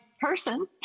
person